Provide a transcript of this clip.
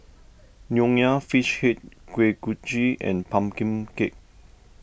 Nonya Fish Head Kuih Kochi and Pumpkin Cake